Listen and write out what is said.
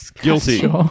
guilty